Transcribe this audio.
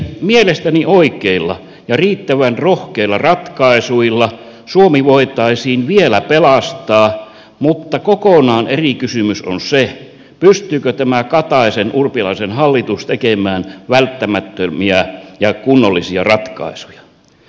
mielestäni oikeilla ja riittävän rohkeilla ratkaisuilla suomi voitaisiin vielä pelastaa mutta kokonaan eri kysymys on se pystyykö tämä kataisenurpilaisen hallitus tekemään välttämättömiä ja kunnollisia ratkaisuja